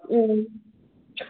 ꯎꯝ